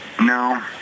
no